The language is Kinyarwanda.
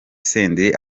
senderi